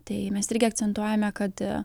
tai mes irgi akcentuojame kad